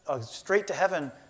straight-to-heaven